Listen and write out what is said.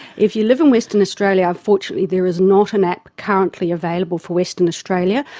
if you live in western australia unfortunately there is not an app currently available for western australia.